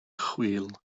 chwil